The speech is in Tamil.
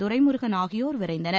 துரைமுருகன் ஆகியோர் விரைந்தனர்